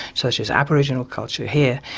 such as aboriginal culture here,